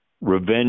revenge